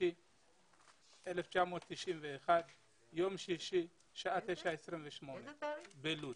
במאי 1991, יום שישי, שעה 9:28 בערב.